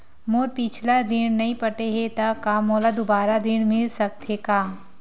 मोर पिछला ऋण नइ पटे हे त का मोला दुबारा ऋण मिल सकथे का?